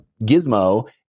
gizmo